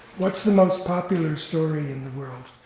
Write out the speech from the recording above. what's the most popular story in the world